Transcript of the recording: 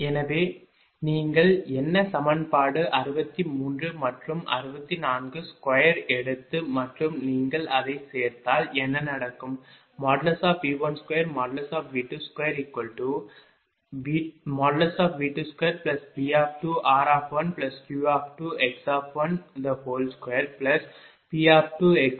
எனவே நீங்கள் என்ன சமன்பாடு 63 மற்றும் 64 ஸ்குயர் எடுத்து மற்றும் நீங்கள் அதைச் சேர்த்தால் என்ன நடக்கும் V12V22V22P2r1Q2x 2P2x1 Q2r2